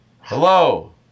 hello